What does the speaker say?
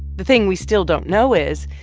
the thing we still don't know is,